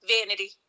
Vanity